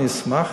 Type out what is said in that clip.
אני אשמח,